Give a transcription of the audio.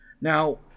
Now